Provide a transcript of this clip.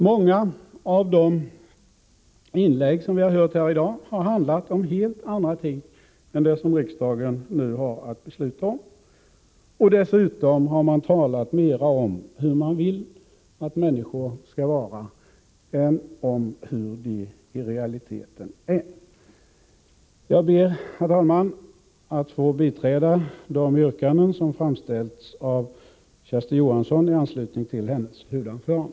Många av inläggen i dag har handlat om helt andra ting än vad riksdagen nu har att besluta om, och dessutom har man talat mera om hur man vill att människor skall vara än om hur de i realiteten är. Fru talman! Jag ber att få biträda de yrkanden som framställts av Kersti Johansson i hennes huvudanförande.